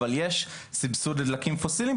אבל יש סבסוד לדקלים פוסיליים.